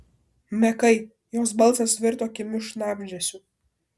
mekai jos balsas virto kimiu šnabždesiu